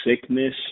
sickness